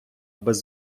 без